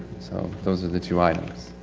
so, those are the two items.